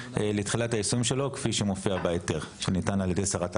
לתחילת היישום שלו כפי שמופיע בהיתר שניתן על-ידי שרת העבודה.